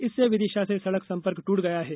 इससे विदिशा से सड़क सम्पर्क ट्रट गया है